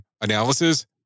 analysis